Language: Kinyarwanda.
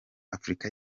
afurika